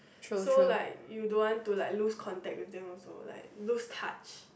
so like you don't want to like lose contact with them also like lose touch